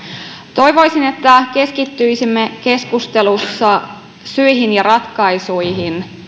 toivoisin että keskittyisimme keskustelussa syihin ja ratkaisuihin